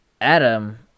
Adam